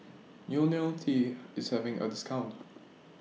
Ionil T IS having A discount